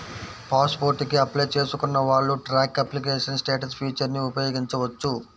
pass port కి apply చేసుకున్న వాళ్ళు ట్రాక్ అప్లికేషన్ స్టేటస్ ఫీచర్ని ఉపయోగించవచ్చు